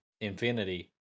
Infinity